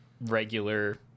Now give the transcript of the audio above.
regular